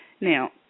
Now